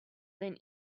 then